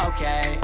Okay